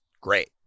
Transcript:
great